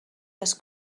les